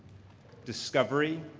discovery,